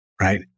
right